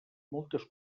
moltes